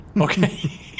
Okay